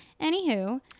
anywho